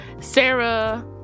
Sarah